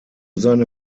seine